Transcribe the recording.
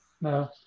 No